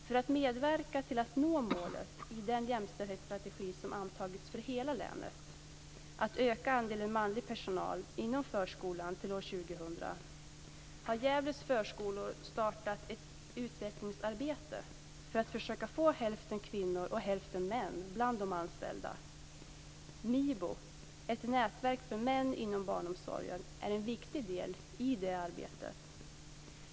För att medverka till att nå målet i den jämställdhetsstrategi som antagits för hela länet - att öka andelen manlig personal inom förskolan till år 2000 - har Gävles förskolor startat ett utvecklingsarbete för att försöka få hälften kvinnor och hälften män bland de anställda. MIBO, ett nätverk för män inom barnomsorgen, är en viktig del i det arbetet.